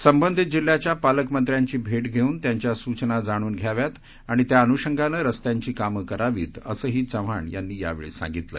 संबंधित जिल्ह्याच्या पालकमंत्र्यांची भेट घेऊन त्यांच्या सूचना जाणून घ्याव्यात आणि त्या अनुषंगानं रस्त्यांची कामं करावीत असही चव्हाण यांनी यावेळी सांगितलं